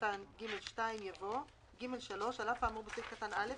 קטן (ג2) יבוא: "(ג3)על אף האמור בסעיף קטן (א),